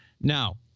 now